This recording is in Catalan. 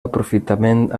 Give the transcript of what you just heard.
aprofitament